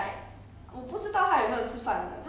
uh 你不要看他们这样